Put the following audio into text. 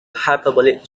hyperbolic